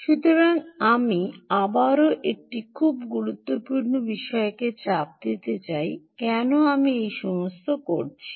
সুতরাং আমি আবারও একটি খুব গুরুত্বপূর্ণ বিষয়কে চাপ দিতে চাই কেন আমি এই সমস্ত করছি